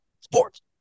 Sports